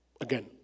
again